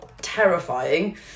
terrifying